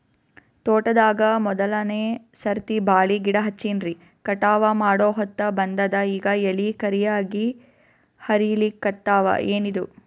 ತೋಟದಾಗ ಮೋದಲನೆ ಸರ್ತಿ ಬಾಳಿ ಗಿಡ ಹಚ್ಚಿನ್ರಿ, ಕಟಾವ ಮಾಡಹೊತ್ತ ಬಂದದ ಈಗ ಎಲಿ ಕರಿಯಾಗಿ ಹರಿಲಿಕತ್ತಾವ, ಏನಿದು?